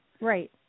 right